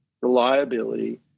reliability